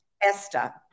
esther